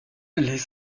les